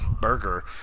burger